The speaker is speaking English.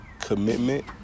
commitment